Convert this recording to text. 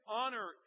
honor